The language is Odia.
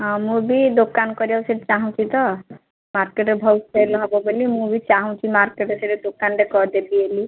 ହଁ ମୁଁ ବି ଦୋକାନ କରିବାକୁ ସେଠି ଚାହୁଁଛି ତ ମାର୍କେଟ୍ ଭଲ ସେଲ୍ ହେବ ବୋଲି ମୁଁ ବି ଚାହୁଁଛି ମାର୍କେଟ୍ରେ ଦୋକାନଟେ କରିଦେବି ବୋଲି